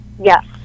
Yes